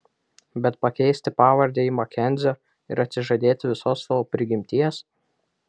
bet pakeisti pavardę į makenzio ir atsižadėti visos savo prigimties